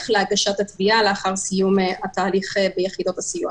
להגשת התביעה לאחר סיום התהליך ביחידות הסיוע